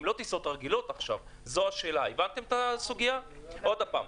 אסביר עוד פעם.